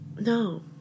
No